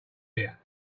here